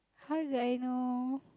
how do I know